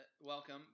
Welcome